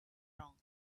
wrong